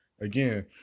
again